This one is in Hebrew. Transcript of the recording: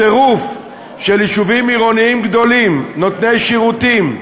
הצירוף של יישובים עירוניים גדולים נותני שירותים,